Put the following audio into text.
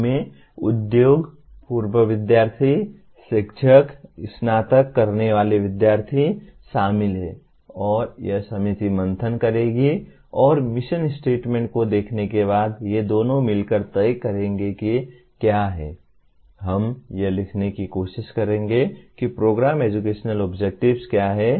उनमें उद्योग पूर्व विद्यार्थी शिक्षक स्नातक करने वाले विद्यार्थी शामिल हैं और यह समिति मंथन करेगी और मिशन स्टेटमेंट को देखने के बाद ये दोनों मिलकर तय करेंगे कि क्या है हम यह लिखने की कोशिश करेंगे कि प्रोग्राम एजुकेशनल ऑब्जेक्टिव्स क्या हैं